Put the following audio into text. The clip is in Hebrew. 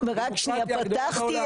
הדמוקרטיה הגדולה בעולם.